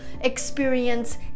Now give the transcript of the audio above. experience